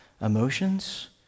emotions